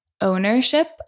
ownership